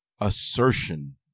assertion